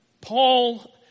Paul